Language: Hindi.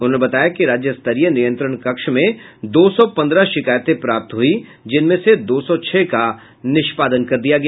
उन्होंने बताया कि राज्यस्तरीय नियंत्रण कक्ष में दो सौ पन्द्रह शिकायतें प्राप्त हुई जिनमें से दो सौ छह का निष्पादन कर दिया गया